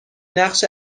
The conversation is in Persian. نقش